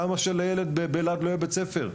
למה שלילד באלעד לא יהיה בית ספר,